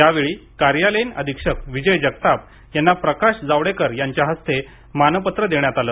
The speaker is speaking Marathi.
यावेळी कार्यालयीन अधीक्षक विजय जगताप यांना प्रकाश जावडेकर यांच्या हस्ते मानपत्र देण्यात आले